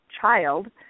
child